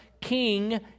King